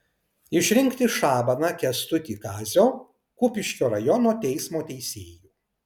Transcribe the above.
išrinkti šabaną kęstutį kazio kupiškio rajono teismo teisėju